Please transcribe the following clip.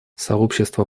сообщество